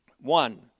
One